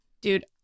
Dude